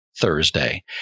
Thursday